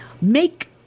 Make